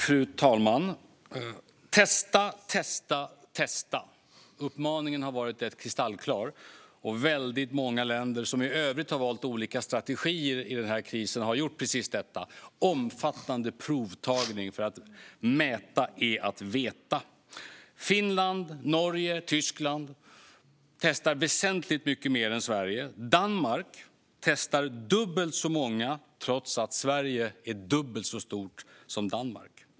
Fru talman! Testa, testa, testa - uppmaningen har varit kristallklar. Väldigt många länder som i övrigt har valt olika strategier i den här krisen har gjort precis detta, det vill säga ägnat sig åt omfattande provtagning, för att mäta är att veta. Finland, Norge och Tyskland testar väsentligt mycket mer än Sverige. Danmark testar dubbelt så många trots att Sverige är dubbelt så stort som Danmark.